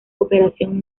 cooperación